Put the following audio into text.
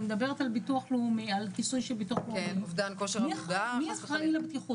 אני מדברת על הכיסוי של ביטוח לאומי מי אחראי לבטיחות?